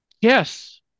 Yes